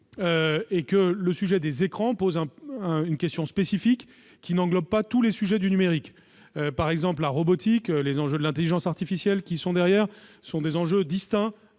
collège. Le sujet des écrans pose une question spécifique, qui n'englobe pas tous les sujets du numérique. Par exemple, la robotique, les enjeux de l'intelligence artificielle, qui sont sous-jacents, sont distincts